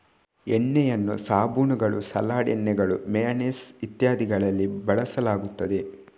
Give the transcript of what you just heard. ಎಣ್ಣೆಯನ್ನು ಸಾಬೂನುಗಳು, ಸಲಾಡ್ ಎಣ್ಣೆಗಳು, ಮೇಯನೇಸ್ ಇತ್ಯಾದಿಗಳಲ್ಲಿ ಬಳಸಲಾಗುತ್ತದೆ